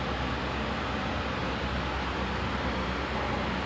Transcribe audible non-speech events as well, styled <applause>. I don't know gross or something but then I'm like <noise>